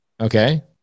Okay